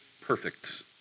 perfect